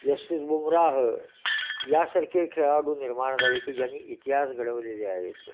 जसप्रीत बुमराह यासारखे खेळाडू निर्माण झाले की ज्यांनी इतिहास घडवलेले आहेत